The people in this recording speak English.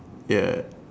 ya